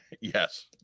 yes